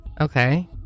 Okay